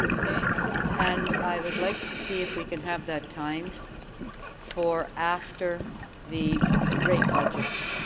and i would like to see if we can have that time for after the rate budgets.